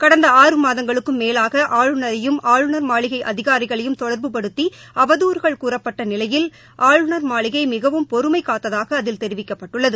கடந்த ஆறு மாதங்களுக்கும் மேலாக ஆளுநரையும் ஆளுநர் மாளிகை அதிகாரிகளையும் தொடர்புப்படுத்தி அவதூறுகள் கூறப்பட்ட நிலையில் ஆளுநர் மாளிகை மிகவும் பொறுமை காத்ததாக அதில் தெரிவிக்கப்பட்டுள்ளது